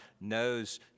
knows